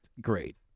great